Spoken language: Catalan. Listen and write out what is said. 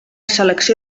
selecció